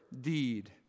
deed